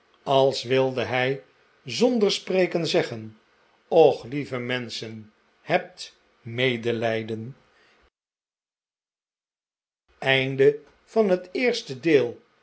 als wilde hij zonder spreken zeggen och lieve menschen hebt medelijden